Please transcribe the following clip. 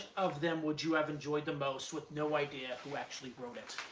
of them would you have enjoyed the most with no idea who actually wrote it?